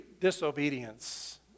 disobedience